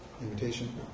invitation